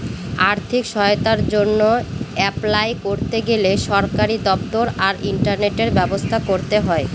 আর্থিক সহায়তার জন্য অ্যাপলাই করতে গেলে সরকারি দপ্তর আর ইন্টারনেটের ব্যবস্থা করতে হয়